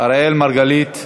אראל מרגלית,